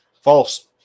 False